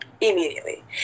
Immediately